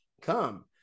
come